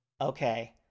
Okay